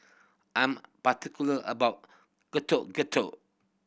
I'm particular about getow getow